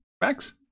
Max